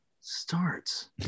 starts